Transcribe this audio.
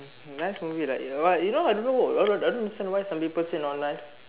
nice movie right you know I don't I don't I don't understand why some people said not nice